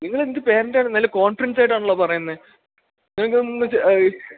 നിങ്ങളെന്ത് പേരൻറ്റാണ് നല്ല കോൺഫിഡൻസായിട്ടാണല്ലോ പറയുന്നത് നിങ്ങള്ക്കിതൊന്നും